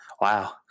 wow